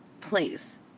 please